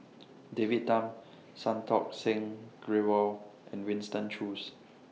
David Tham Santokh Singh Grewal and Winston Choos